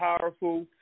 powerful